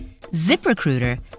ZipRecruiter